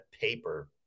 paper